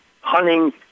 hunting